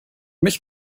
mich